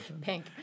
Pink